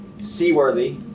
seaworthy